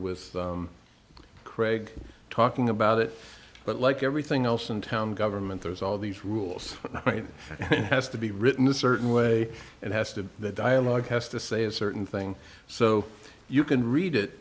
with craig talking about it but like everything else in town government there's all these rules right has to be written a certain way and has to that dialogue has to say a certain thing so you can read it